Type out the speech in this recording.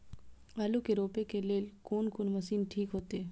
आलू के रोपे के लेल कोन कोन मशीन ठीक होते?